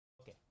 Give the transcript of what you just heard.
Okay